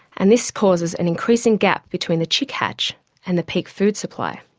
and this causes an increasing gap between the chick hatch and the peak food supply.